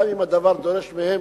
גם אם הדבר דורש מהם